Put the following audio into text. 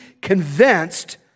convinced